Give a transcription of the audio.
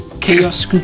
Chaos